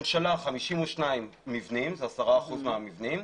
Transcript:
ממשלה-52 מבנים, שזה 10% מהמבנים.